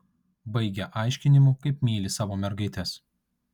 baigia aiškinimu kaip myli savo mergaites